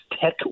tech